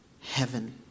heaven